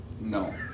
No